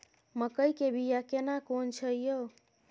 मकई के बिया केना कोन छै यो?